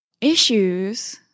issues